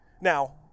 now